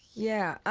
yeah.